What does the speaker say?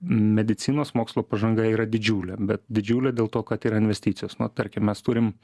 medicinos mokslo pažanga yra didžiulė be didžiulė dėl to kad tai yra investicijos nu tarkim mes turim